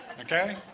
Okay